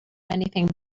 anything